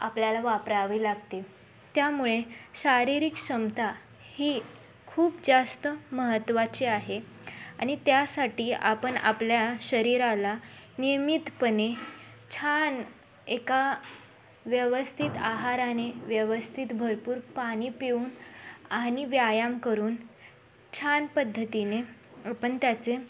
आपल्याला वापरारावी लागते त्यामुळे शारीरिक क्षमता ही खूप जास्त महत्त्वाची आहे आणि त्यासाठी आपण आपल्या शरीराला नियमितपणे छान एका व्यवस्थित आहाराने व्यवस्थित भरपूर पाणी पिऊन आणि व्यायाम करून छान पद्धतीने आपण त्याचे